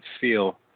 feel